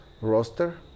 roster